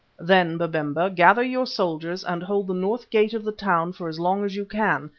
then, babemba, gather your soldiers and hold the north gate of the town for as long as you can,